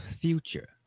future